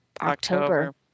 October